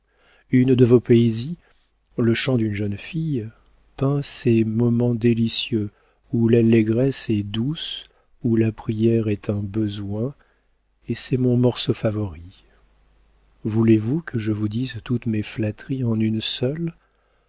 une de vos poésies le chant d'une jeune fille peint ces moments délicieux où l'allégresse est douce où la prière est un besoin et c'est mon morceau favori voulez-vous que je vous dise toutes mes flatteries en une seule